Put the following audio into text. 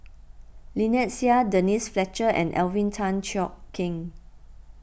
Lynnette Seah Denise Fletcher and Alvin Tan Cheong Kheng